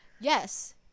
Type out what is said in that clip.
Yes